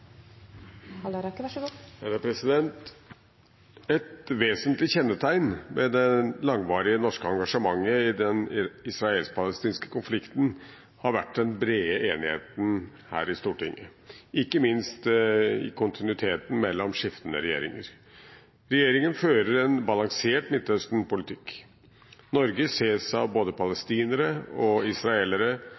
Et vesentlig kjennetegn ved det langvarige norske engasjementet i den israelsk-palestinske konflikten har vært den brede enigheten her i Stortinget, ikke minst kontinuiteten mellom skiftende regjeringer. Regjeringen fører en balansert Midtøsten-politikk. Norge ses av både palestinere og israelere